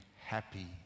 happy